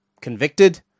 convicted